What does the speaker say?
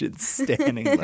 standing